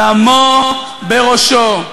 דמו בראשו.